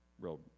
real